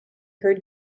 her